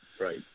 Right